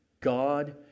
God